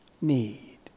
need